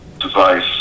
device